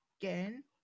again